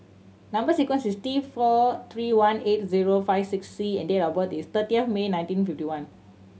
number sequence is T four three one eight zero five six C and date of birth is thirtieth May nineteen fifty one